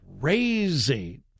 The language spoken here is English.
crazy